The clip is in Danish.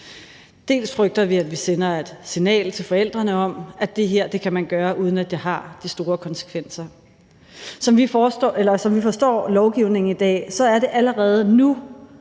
dels frygter vi, at vi sender et signal til forældrene om, at det her kan man gøre, uden at det har de store konsekvenser. Som vi forstår lovgivningen i dag, er det allerede nu